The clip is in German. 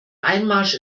einmarsch